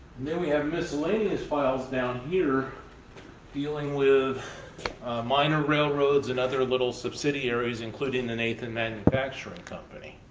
and then we have miscellaneous files down here dealing with minor railroads and other little subsidiaries, including the nathan manufacturing company.